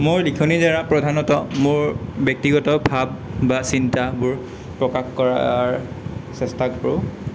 মোৰ লিখনি দ্বাৰা প্ৰধানত মোৰ ব্যক্তিগত ভাৱ বা চিন্তাবোৰ প্ৰকাশ কৰাৰ চেষ্টা কৰোঁ